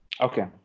Okay